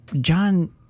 John